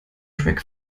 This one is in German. track